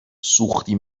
سوختی